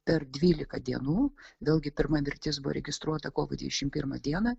per dvylika dienų vėlgi pirma mirtis buvo registruota kovo dvidešimt pirmą dieną